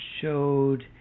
showed